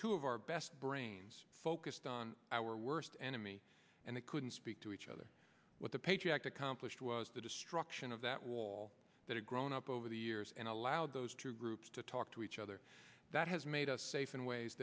two of our best brains focused on our worst enemy and they couldn't speak to each other with the patriot act accomplished was the destruction of that wall that are grown up over the years and allowed those two groups to talk to each other that has made us safe in ways